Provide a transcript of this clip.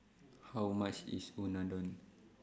How much IS Unadon